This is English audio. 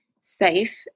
safe